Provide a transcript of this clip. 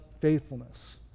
faithfulness